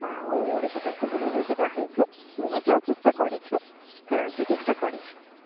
ଆଉ ଓଡ଼ିଶା ପ୍ରସିଦ୍ଧ ମଧ୍ୟ ସେଇଟା ହେଇଛି ମୁଁ ମଧ୍ୟ ଚେଷ୍ଟା କରିଛି ଥରେ ମାତ୍ର ଚେଷ୍ଟା କରିଛି